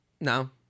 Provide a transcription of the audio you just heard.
No